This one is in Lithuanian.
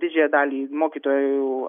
didžiąją dalį mokytojų